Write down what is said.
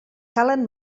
calen